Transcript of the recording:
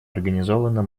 организовано